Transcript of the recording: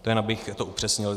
To jen abych to upřesnil.